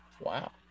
Wow